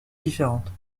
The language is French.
différente